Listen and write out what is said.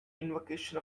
invocation